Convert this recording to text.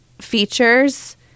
features